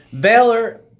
Baylor